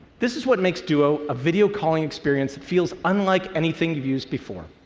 this is what makes duo a video calling experience that feels unlike anything you've used before.